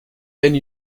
and